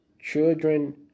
Children